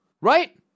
Right